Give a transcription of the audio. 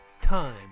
Time